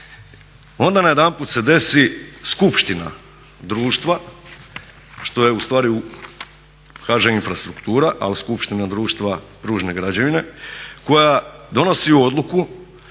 Onda najedanput se desi skupština društva što je ustvari HŽ infrastruktura ali skupština društva pružne građevine koja donosi odluku